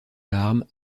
larmes